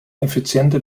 effiziente